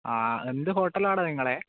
ആ എന്ത് ഹോട്ടലാണെടാ നിങ്ങളെ